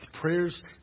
Prayers